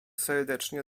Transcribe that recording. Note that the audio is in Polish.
serdecznie